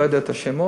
לא יודע את השמות,